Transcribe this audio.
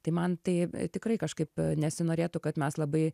tai man tai tikrai kažkaip nesinorėtų kad mes labai